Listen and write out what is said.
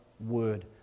word